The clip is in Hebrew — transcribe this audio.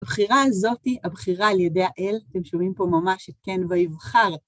הבחירה הזאת היא הבחירה על ידי האל, אתם שומעים פה ממש את כן ויבחר.